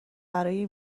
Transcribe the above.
برای